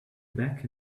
back